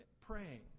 praying